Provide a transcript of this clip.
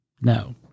no